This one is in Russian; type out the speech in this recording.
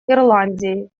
ирландии